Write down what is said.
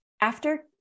after-